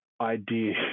idea